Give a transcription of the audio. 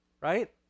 right